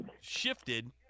shifted